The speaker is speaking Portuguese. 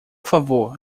favor